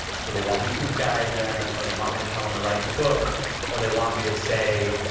so they want me to guide them, or they want me to tell them the right book or they want me to say,